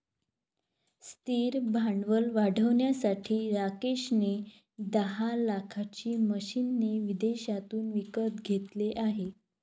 स्थिर भांडवल वाढवण्यासाठी राकेश ने दहा लाखाची मशीने विदेशातून विकत घेतले आहे